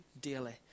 daily